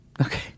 Okay